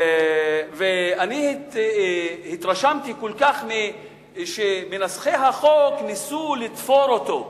אני התרשמתי כל כך שמנסחי החוק ניסו לתפור אותו,